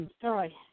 sorry